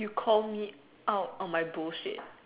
you call me out on my bull shit